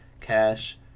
Cash